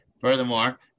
Furthermore